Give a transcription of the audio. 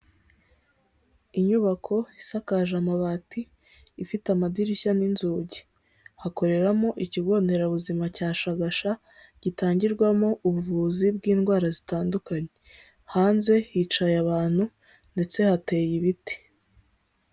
Inyubako isakaje amabati ifite amadirishya n'inzugi, hakoreramo ikigo nderabuzima cya Shagasha gitangirwamo ubuvuzi bw'indwara zitandukanye, hanze hicaye abantu ndetse hateye ibiti.